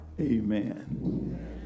Amen